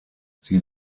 sie